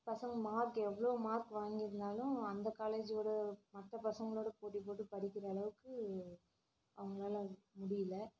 பசங்கள் மார்க் எவ்வளோ மார்க் வாங்கி இருந்தாலும் அந்த காலேஜோட மற்ற பசங்களோடு போட்டி போட்டு படிக்கிற அளவுக்கு அவங்களால அது முடியல